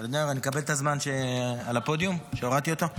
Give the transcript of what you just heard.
אני מקבל את הזמן על הפודיום, שהורדתי אותו?